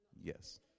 Yes